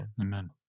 Amen